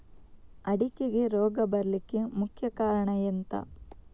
ಅಡಿಕೆಗೆ ರೋಗ ಬರ್ಲಿಕ್ಕೆ ಮುಖ್ಯ ಕಾರಣ ಎಂಥ?